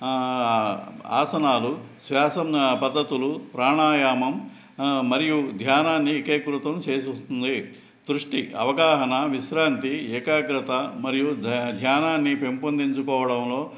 ఆసనాలు శ్వాసంన పద్ధతులు ప్రాణాయామం మరియు ధ్యానాన్ని ఏకీకృతం చేసిస్తుంది దృష్టి అవగాహన విశ్రాంతి ఏకాగ్రత మరియు ధ్యానాన్ని పెంపొందించుకోవడంలో